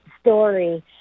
story